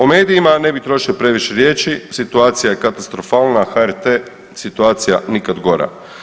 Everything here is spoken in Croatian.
O medijima ne bi trošio previše riječi, situacija je katastrofalna, HRT situacija nikad gora.